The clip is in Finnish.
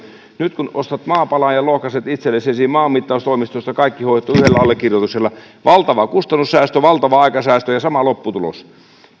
nyt kun ostat maapalan ja lohkaiset itsellesi maanmittaustoimistosta kaikki hoituu yhdellä allekirjoituksella valtava kustannussäästö valtava aikasäästö ja sama lopputulos